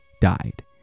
died